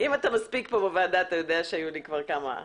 יישא בכל ההוצאות הכרוכות